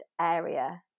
area